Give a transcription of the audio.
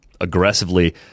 aggressively